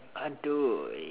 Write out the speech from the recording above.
adoi